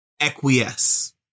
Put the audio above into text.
acquiesce